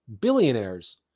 Billionaires